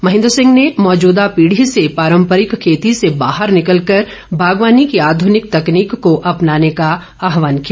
मेहेन्द्र सिंह ने मौजूदा पीढ़ी से पारम्परिक खेती से बाहर निकल कर बागवानी की आध्रनिक तकनीक को अपनाने का आहवान किया